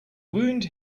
wound